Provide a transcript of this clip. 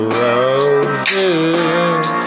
roses